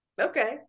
Okay